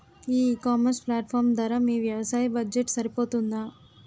ఈ ecommerce platform ధర మీ వ్యవసాయ బడ్జెట్ సరిపోతుందా?